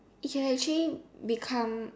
it actually become